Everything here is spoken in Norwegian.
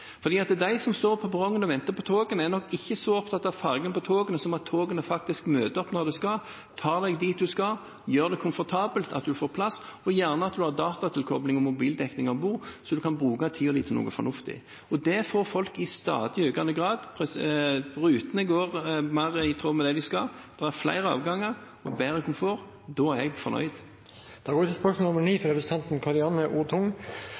De som står på perrongen og venter på togene, er nok ikke så opptatt av fargen på togene som av at togene kommer når de skal, tar en dit en skal, gjør det komfortabelt, at en får plass, og gjerne at det er datatilkobling og mobildekning om bord, slik at en kan bruke tiden sin til noe fornuftig. Det får folk i stadig økende grad. Togene er mer i rute, i tråd med det de skal, det er flere avganger og bedre komfort. Da er jeg fornøyd. Jeg tillater meg å stille følgende spørsmål